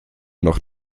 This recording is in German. noch